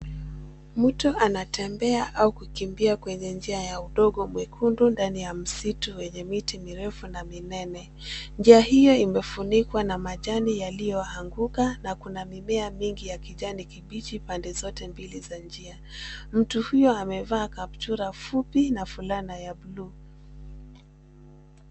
Mtu anatembea au kukimbia kwenye njia ya udongo mwekundu ndani ya msitu wenye miti mirefu na minene. Njia hiyo imefunikwa na majani yaliyoanguka na kuna mimea mingi ya kijani kibichi pande zote mbili za njia. Mtu huyo amevaa kaptura fupi na fulana ya bluu.